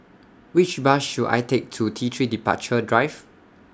Which Bus should I Take to T three Departure Drive